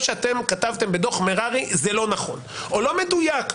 שכתבתם בדוח מררי לא נכון או לא מדויק,